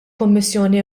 kummissjoni